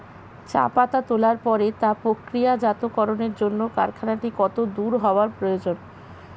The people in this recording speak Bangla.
চা পাতা তোলার পরে তা প্রক্রিয়াজাতকরণের জন্য কারখানাটি কত দূর হওয়ার প্রয়োজন?